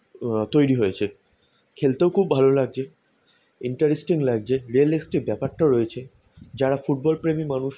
তৈরি হয়েছে খেলতেও খুব ভালো লাগছে ইন্টারেস্টিং লাগছে রিয়্যালেস্টিক ব্যাপারটাও রয়েছে যারা ফুটবলপ্রেমী মানুষ